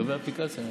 לגבי האפליקציה,